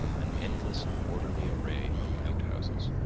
an endless and orderly array of outhouses,